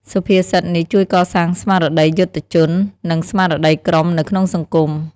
សុភាសិតនេះជួយកសាងស្មារតីយុទ្ធជន និងស្មារតីក្រុមនៅក្នុងសង្គម។